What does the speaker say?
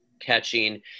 catching